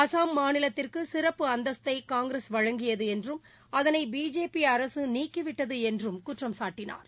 அஸ்ஸாம் மாநிலத்திற்கு சிறப்பு அந்தஸ்தை காங்கிரஸ் வழங்கியது என்றும் அதனை பிஜேபி அரசு நீக்கிவிட்டது என்றும் குற்றம் சாட்டினார்